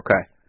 Okay